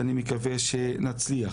ממש מתוך בחירה,